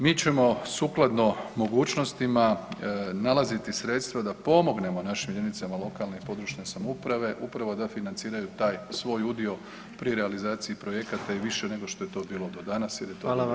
Mi ćemo sukladno mogućnostima nalaziti sredstva da pomognemo našim jedinicama lokalne i područne samouprave upravo da financiraju taj svoj udio pri realizaciji projekata i više nego što je to bilo do danas jer je to dobro i korisno.